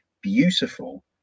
beautiful